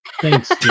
Thanks